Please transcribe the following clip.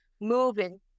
Moving